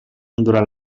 durant